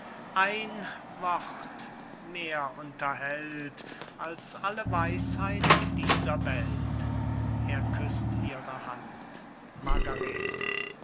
ein wort mehr unterhält als alle weisheit dieser welt er küßt ihre